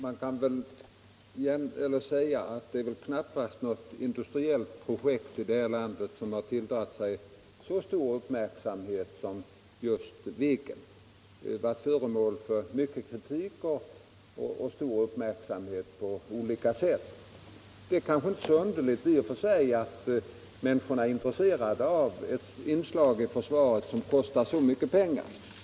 Herr talman! Det är väl knappast något industriellt projekt i det här landet som har tilldragit sig så stor uppmärksamhet som just Viggen. Detta projekt har varit föremål för mycken kritik och stor uppmärksamhet på olika sätt. Det är ju i och för sig inte underligt att människorna är intresserade av ett inslag i försvaret som kostar så mycket pengar.